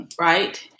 Right